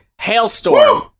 Hailstorm